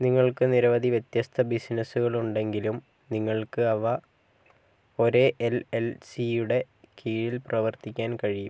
നിങ്ങൾക്ക് നിരവധി വ്യത്യസ്ത ബിസിനസ്സുകളുണ്ടെങ്കിലും നിങ്ങൾക്ക് അവ ഒരേ എൽ എൽ സിയുടെ കീഴിൽ പ്രവർത്തിക്കാൻ കഴിയും